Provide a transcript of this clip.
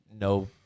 no